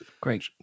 Great